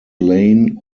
lane